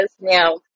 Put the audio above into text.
Now